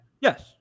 Yes